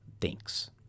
thinks